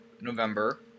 November